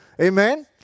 Amen